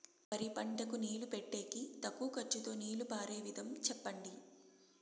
వరి పంటకు నీళ్లు పెట్టేకి తక్కువ ఖర్చుతో నీళ్లు పారే విధం చెప్పండి?